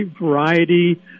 variety